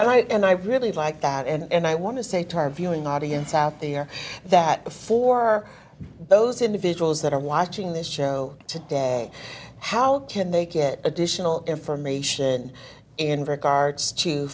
and i and i really like that and i want to say to our viewing audience out there that before those individuals that are watching this show today how can they get additional information in regards to